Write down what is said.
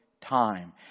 time